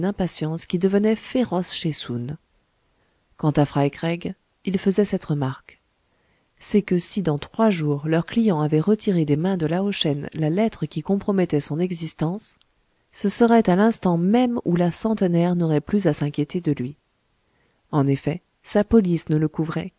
impatience qui devenait féroce chez soun quant à fry craig ils faisaient cette remarque c'est que si dans trois jours leur client avait retiré des mains de lao shen la lettre qui compromettait son existence ce serait à l'instant même où la centenaire n'aurait plus à s'inquiéter de lui en effet sa police ne le couvrait